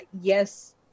yes